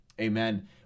Amen